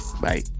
bye